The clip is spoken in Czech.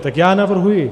Tak já navrhuji